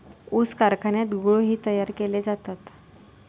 ऊस कारखान्यात गुळ ही तयार केले जातात